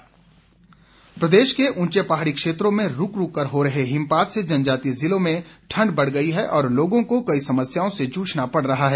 मौसम प्रदेश के ऊंचे पहाड़ी क्षेत्रों में रूक रूक कर हो रहे हिमपात से जनजातीय जिलों में ठंड बढ़ गई है और लोगों को कई समस्याओं से जुझना पड़ रहा है